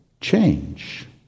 change